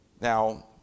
Now